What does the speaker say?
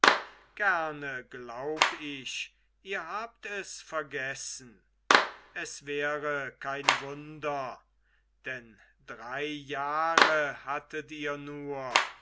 gerne glaub ich ihr habt es vergessen es wäre kein wunder denn drei jahre hattet ihr nur